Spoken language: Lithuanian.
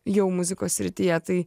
jau muzikos srityje tai